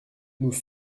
nous